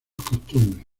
costumbres